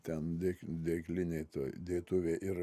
ten dėk dėklinėj toj dėtuvė ir